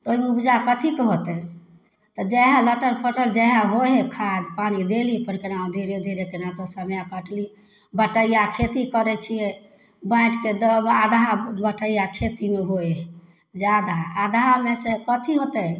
ओहिमे उपजा कथीके होतै तऽ जएह लटर फटर जएह होइ हइ खाद पानि देली परी अपना डेगे डेगे केनहितो समय कटली बटैया खेती करै छियै बाँटिकऽ देब आधा बटैया खेतियो होइ हइ जादा आधामे से कथी होतै